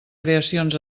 creacions